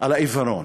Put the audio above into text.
על העיוורון.